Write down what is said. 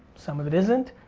some of it isn't,